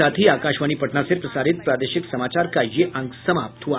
इसके साथ ही आकाशवाणी पटना से प्रसारित प्रादेशिक समाचार का ये अंक समाप्त हुआ